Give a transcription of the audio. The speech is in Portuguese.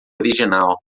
original